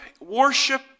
worship